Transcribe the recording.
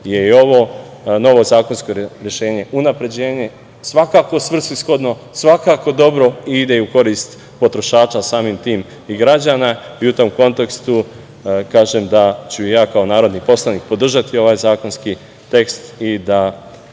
je i ovo novo zakonsko rešenje. Unapređenje, svakako svrsishodno, svakako dobro i ide u korist potrošača, samim tim i građana. U tom kontekstu kažem da ću kao narodni poslanik podržati ovaj zakonski tekst i da